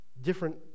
different